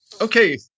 okay